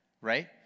Right